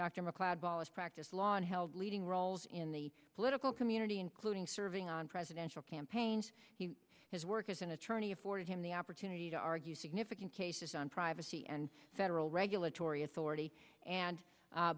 macleod ballers practiced law and held leading roles in the political community including serving on presidential campaigns he has worked as an attorney afforded him the opportunity to argue significant cases on privacy and federal regulatory authority and